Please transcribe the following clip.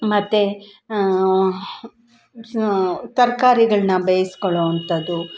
ಮತ್ತು ತರಕಾರಿಗಳ್ನ ಬೇಯಿಸ್ಕೊಳೋ ಅಂಥದು